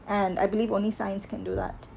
and I believe only science can do that